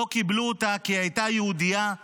לא קיבלו אותה ללימודי רפואה כי הייתה יהודייה.